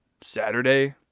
Saturday